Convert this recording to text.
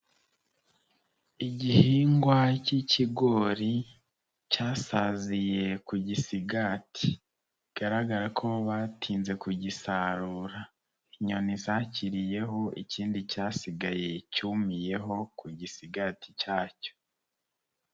Igihingwa cy'ikigori cyasaziye ku gisigati bigaragara ko batinze kugisarura, inyoni zakiriyeho ikindi cyasigaye cyumiyeho ku gisigati cyacyo.